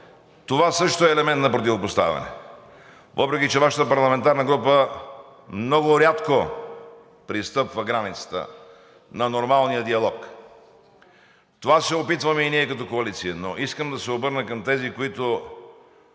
това също е елемент на противопоставяне. Въпреки че Вашата парламентарна група много рядко пристъпва границата на нормалния диалог, това се опитваме и ние като коалиция. Но искам да се обърна към тези, които